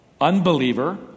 unbeliever